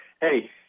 hey